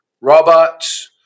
Robots